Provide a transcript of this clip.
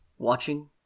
watching